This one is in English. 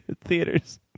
theaters